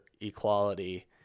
equality